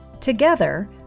Together